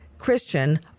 Christian